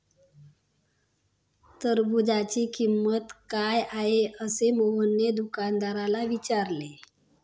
टरबूजाची किंमत काय आहे असे मोहनने दुकानदाराला विचारले?